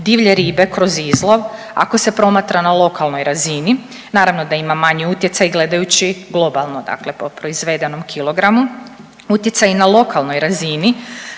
divlje ribe kroz izlog ako se promatra na lokalnoj razini. Naravno da ima manji utjecaj gledajući globalno, dakle po proizvedenom kilogramu. Utjecaji na lokalnoj razini